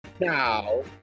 Now